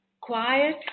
quiet